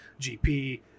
GP